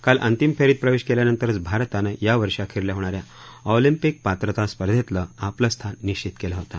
काल अंतिम फेरीत प्रवेश केल्यानंतरच भारतानं या वर्षअखेरीला होणाऱ्या ऑलिंपिक पात्रता स्पर्धेतलं आपलं स्थान निश्चित केलं होतं